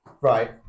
Right